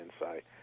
insight